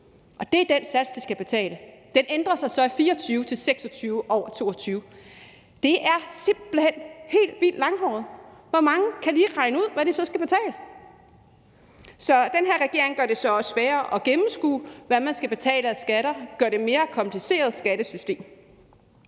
og det er den sats, de skal betale. Den ændrer sig så i 2024 til 26/22. Det er simpelt hen helt vildt langhåret. Hvor mange kan lige regne ud, hvad de så skal betale? Så den her regering gør det også sværere at gennemskue, hvad man skal betale af skatter, og gør skattesystemet